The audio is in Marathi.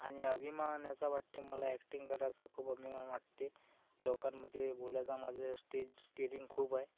आणि आभिमान याचा वाटते मला ॲक्टिंग करायचा खूप अभिमान वाटते लोकांमध्ये बोलायचा माझा स्टेज डेअरिंग खूप आहे